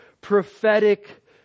prophetic